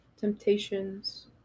temptations